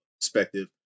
perspective